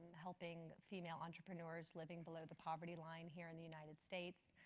helping female entrepreneurs living below the poverty line here in the united states.